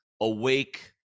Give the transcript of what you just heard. awake